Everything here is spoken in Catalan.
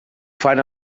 fan